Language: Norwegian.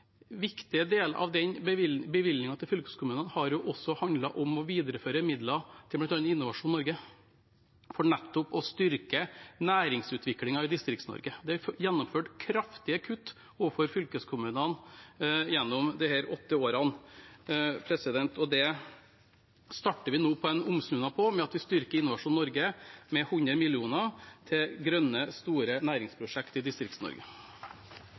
til fylkeskommunene også har handlet om å videreføre midler til bl.a. Innovasjon Norge, for nettopp å styrke næringsutviklingen i Distrikts-Norge. Det er gjennomført kraftige kutt overfor fylkeskommunene gjennom disse åtte årene, og der starter vi nå en omsnuing ved at vi styrker Innovasjon Norge med 100 mill. kr til grønne, store næringsprosjekt i